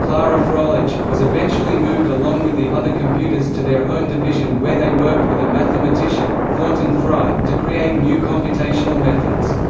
clara froelich, was eventually moved along with the other computers to their own division where they worked with a mathematician, thornton fry, to create new computational methods.